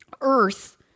Earth